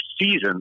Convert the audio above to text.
season